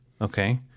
Okay